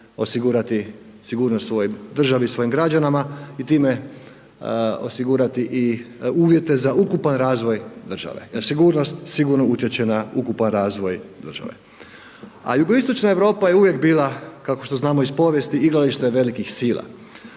osigurati sigurnost svojoj državi i svojim građanima i time osigurati i uvjete za ukupan razvoj države jer sigurnost sigurno utječe na ukupan razvoj države. A jugoistočna Europa je uvijek bila kako što znamo iz povijesti, igralište velikih sila.